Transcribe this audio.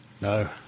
No